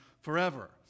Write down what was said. forever